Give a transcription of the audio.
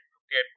okay